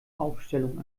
aufstellung